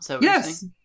Yes